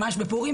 בפורים,